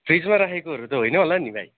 फ्रिजमा राखेकोहरू त होइन होला नि भाइ